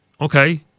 okay